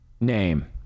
name